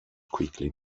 quickly